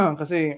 kasi